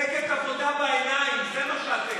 מפלגת עבודה בעיניים, זה מה שאתם.